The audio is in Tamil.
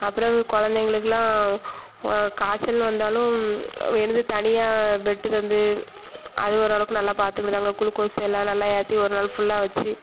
அப்பிறகு கொழந்தைங்களுக்கெல்லாம் காய்ச்சல்னு வந்தாலும் என்னது தனியாக பெட்டு தந்து அது ஒரளவுக்கு நல்லா பாத்துக்கிடுதாங்க குளுகோஸு எல்லாம் நல்லா ஏற்றி ஒரு நாள் ஃபுல்லாக வெச்சு